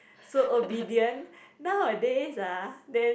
so obedient nowadays ah then